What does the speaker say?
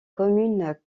communes